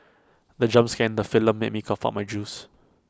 the jump scare in the film made me cough out my juice